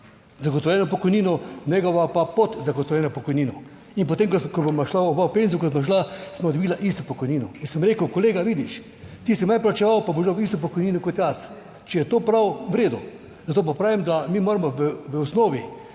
zagotovljeno pokojnino, njegova pa pod zagotovljeno pokojnino in potem, ko bova šla oba v penzijo, ko sva šla, sva dobila isto pokojnino in sem rekel, kolega vidiš, ti si manj plačeval, pa boš dal(?) isto pokojnino kot jaz, če je to prav, v redu. Zato pa pravim, da mi moramo v osnovi